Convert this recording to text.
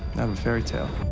i'm a fairy tale